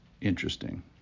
interesting